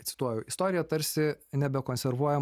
cituoju istorija tarsi nebekonservuoja